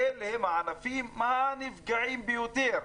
אלה הם הענפים הנפגעים ביותר.